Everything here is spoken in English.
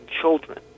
children